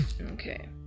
Okay